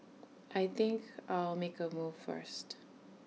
I think I'll make A move first